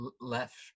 left